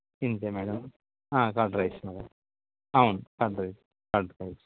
ఇంతే madam curd rice madam అవును curd rice curd rice